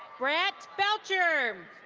grant belchern.